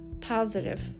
positive